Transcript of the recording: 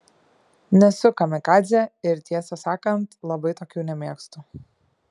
nesu kamikadzė ir tiesą sakant labai tokių nemėgstu